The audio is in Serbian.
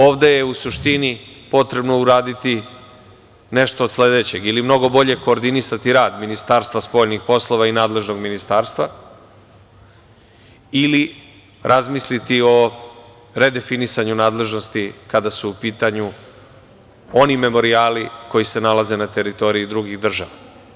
Ovde je u suštini potrebno uraditi nešto od sledećeg: ili mnogo bolje koordinisati rad Ministarstva spoljnih poslova i nadležnog ministarstva, ili razmisliti o redefinisanju nadležnosti kada su u pitanju oni memorijali koji se nalaze na teritoriji drugih država.